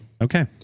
Okay